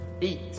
Eat